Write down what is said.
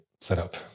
setup